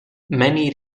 many